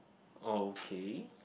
okay